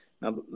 Now